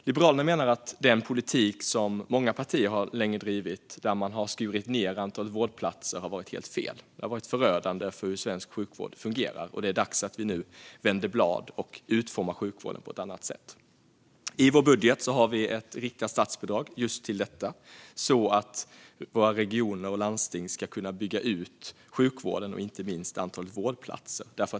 Liberalerna menar att den politik som många partier länge har drivit, där man har skurit ned antalet vårdplatser, har varit helt fel. Det har varit förödande för hur svensk sjukvård fungerar. Det är dags att vi nu vänder blad och utformar sjukvården på ett annat sätt. I vår budget har vi ett riktat statsbidrag just till detta, så att våra regioner och landsting ska kunna bygga ut sjukvården och inte minst antalet vårdplatser.